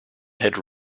had